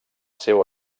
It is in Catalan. seu